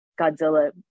Godzilla